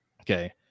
Okay